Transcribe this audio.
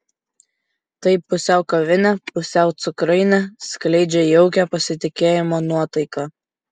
tai pusiau kavinė pusiau cukrainė skleidžia jaukią pasitikėjimo nuotaiką